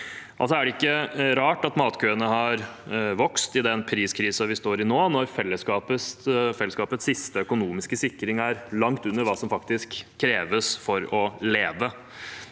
det er ikke rart at matkøene har vokst i den priskrisen vi står i nå, når fellesskapets siste økonomiske sikring er langt under hva som faktisk kreves for å leve.